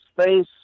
space